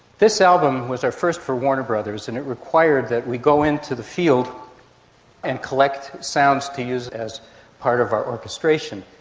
this album was our first for warner brothers and it required that we go into the field and collect sounds to use as part of our orchestration,